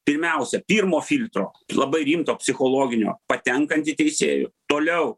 pirmiausia pirmo filtro labai rimto psichologinio patenkant į teisėjų toliau